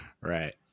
Right